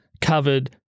covered